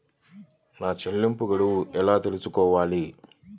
నా చెల్లింపు గడువు ఎలా తెలుసుకోవాలి?